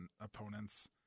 opponents